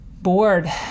bored